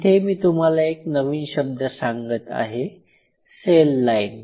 इथे मी तुम्हाला एक नवीन शब्द सांगत आहे सेल लाईन